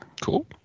Cool